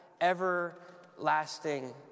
everlasting